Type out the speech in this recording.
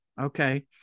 okay